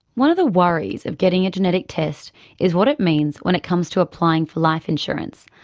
one of the worries of getting a genetic test is what it means when it comes to applying for life insurance,